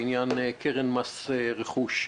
לעניין קרן מס רכוש.